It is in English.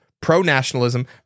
pro-nationalism